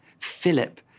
Philip